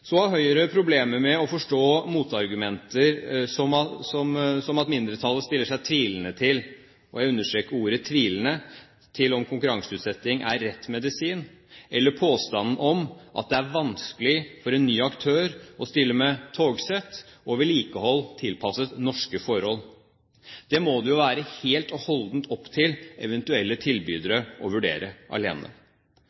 Så har Høyre problemer med å forstå motargumenter som at mindretallet stiller seg tvilende – jeg understreker ordet tvilende – til om konkurranseutsetting er rett medisin, eller påstanden om at det er vanskelig for en ny aktør å stille med togsett og vedlikehold tilpasset norske forhold. Det må det jo være helt og holdent opp til eventuelle tilbydere